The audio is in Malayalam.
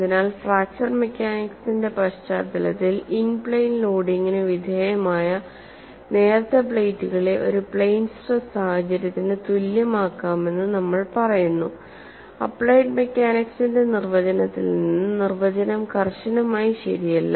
അതിനാൽ ഫ്രാക്ചർ മെക്കാനിക്സിന്റെ പശ്ചാത്തലത്തിൽ ഇൻ പ്ലെയിൻ ലോഡിംഗിന് വിധേയമായ നേർത്ത പ്ലേറ്റുകളെ ഒരു പ്ലെയ്ൻ സ്ട്രെസ് സാഹചര്യത്തിന് തുല്യമാക്കാമെന്ന് നമ്മൾ പറയുന്നു അപ്പ്ളൈഡ് മെക്കാനിക്സിന്റെ നിർവചനത്തിൽ നിന്ന് നിർവചനം കർശനമായി ശരിയല്ല